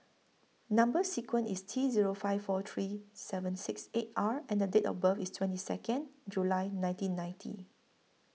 Number sequence IS T Zero five four three seven six eight R and The Date of birth IS twenty Second July nineteen ninety